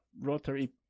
Rotary